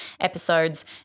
episodes